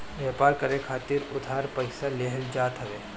व्यापार करे खातिर उधार पईसा लेहल जात हवे